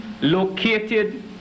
located